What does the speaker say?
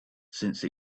since